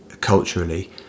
culturally